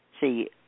see